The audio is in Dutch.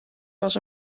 was